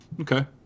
Okay